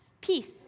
Peace